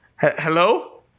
hello